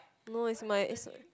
no is my is